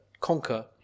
conquer